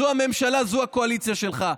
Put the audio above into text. זו הממשלה, זו הקואליציה שלך.